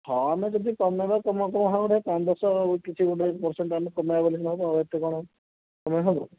ହଁ ଆମେ ଯଦି କମାଇବା ତୁମକୁ ହଁ ଗୋଟେ ପାଞ୍ଚ ଦଶ କିଛି ଗୋଟେ ପର୍ସେଣ୍ଟ୍ ଆମେ କମାଇବା ବୋଲି ସିନା ହେବ ଆଉ ଏତେ କ'ଣ କମାଇ ହେବ